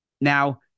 Now